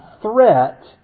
threat